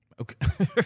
Okay